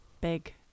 Big